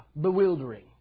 bewildering